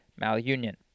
malunion